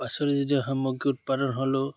পাচলি জাতিয় সামগ্ৰী উৎপাদন হ'লেও